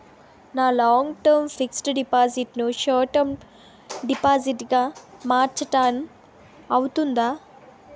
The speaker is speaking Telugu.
నా లాంగ్ టర్మ్ ఫిక్సడ్ డిపాజిట్ ను షార్ట్ టర్మ్ డిపాజిట్ గా మార్చటం అవ్తుందా?